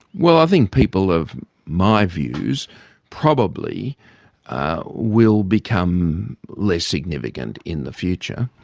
well, i think people of my views probably will become less significant in the future,